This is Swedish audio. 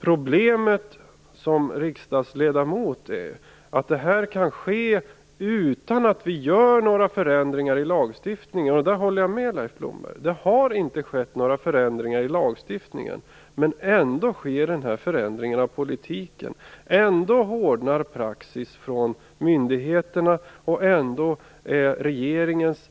Problemet för oss som riksdagsledamöter är att detta kan ske utan att vi inför några förändringar i lagstiftningen. Jag håller med Leif Blomberg om att det inte har skett några förändringar i lagstiftningen. Men ändå sker denna förändring av politiken, ändå hårdnar praxis från myndigheterna och ändå är regeringens